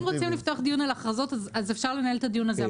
אם רוצים לפתוח דיון על הכרזות אז אפשר לנהל את הדיון הזה,